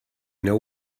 know